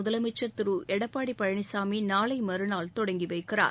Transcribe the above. முதலமைச்சர் திரு எடப்பாடி பழனிசாமி நாளை மறுநாள் தொடங்கி வைக்கிறார்